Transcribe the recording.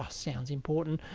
ah sounds important.